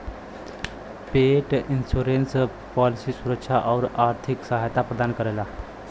पेट insurance policy सुरक्षा आउर आर्थिक सहायता प्रदान करेला